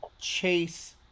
chase